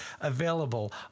available